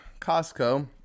costco